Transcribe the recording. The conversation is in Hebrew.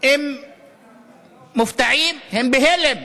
הם מופתעים, הם בהלם,